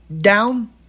Down